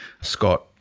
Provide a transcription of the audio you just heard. Scott